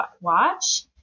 watch